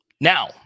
Now